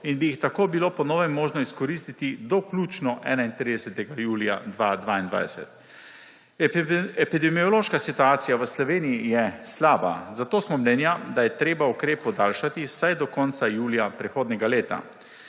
in bi jih tako bilo po novem možno izkoristiti do vključno 31. julija 2022. Epidemiološka situacija v Sloveniji je slaba, zato smo mnenja, da je treba ukrep podaljšati vsaj do konca julija prihodnjega leta.